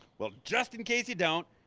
well just in case you don't,